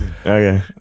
okay